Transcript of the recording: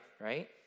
right